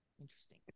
Interesting